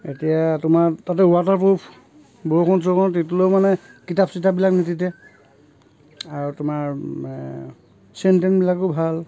এতিয়া তোমাৰ তাতে ৱাটাৰপ্ৰুফ বৰষুণ চৰষুণত তিতিলেও মানে কিতাপ চিতাপবিলাক নিতিতে আৰু তোমাৰ চেন তেনবিলাকো ভাল